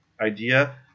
idea